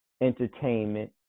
entertainment